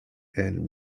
and